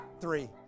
Three